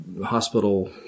hospital